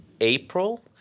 April